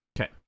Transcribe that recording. Okay